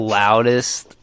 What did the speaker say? loudest